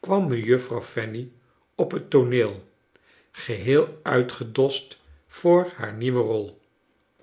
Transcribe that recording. kwam mejuffrouw fanny op liet tooneel geheel uitgedost voor haar nieuwe rol